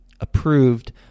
approved